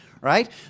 right